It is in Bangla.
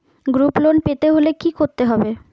গ্রুপ লোন পেতে হলে কি করতে হবে?